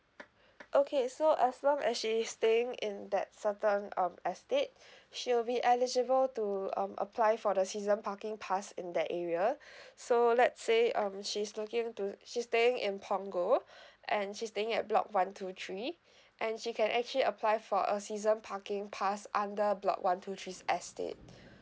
okay so as long as she is staying in that certain um estate she'll be eligible to um apply for the season parking pass in that area so let's say um she's looking to she's staying in punggol and she's staying at block one two three and she can actually apply for a season parking pass under block one two three's estate